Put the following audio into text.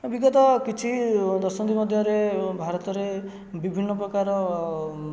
ବିଗତ କିଛି ଦସନ୍ଧି ମଧ୍ୟରେ ଭାରତରେ ବିଭିନ୍ନ ପ୍ରକାର